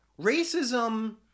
racism